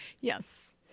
Yes